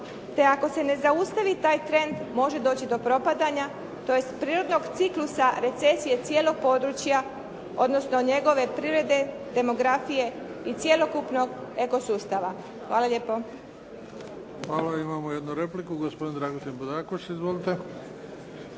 te ako se ne zaustavi taj trend može doći do propadanja, tj. prirodnog ciklusa recesije cijelog područja, odnosno njegove privrede, demografije i cjelokupnog eko sustava. Hvala lijepo. **Bebić, Luka (HDZ)** Hvala. Imamo jednu repliku. Gospodin Dragutin Bogdakoš. Izvolite.